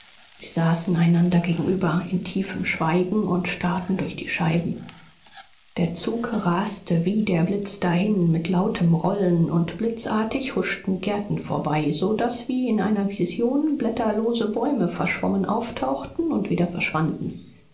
sie saßen einander gegenüber in tiefem schweigen und starrten durch die scheiben der zug raste wie der blitz dahin mit lautem rollen und blitzartig huschten gärten vorbei so daß wie in einer vision blätterlose bäume verschwommen auftauchten und wieder schwanden